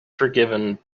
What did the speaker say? forgiven